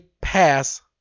pass